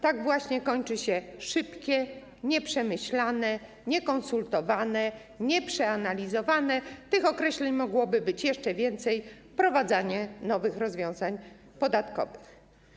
Tak właśnie kończy się szybkie, nieprzemyślane, niekonsultowane, nieprzeanalizowane - tych określeń mogłoby być jeszcze więcej - wprowadzanie nowych rozwiązań podatkowych.